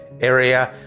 area